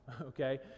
okay